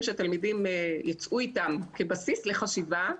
שהתלמידים ייצאו איתם כבסיס לחשיבה.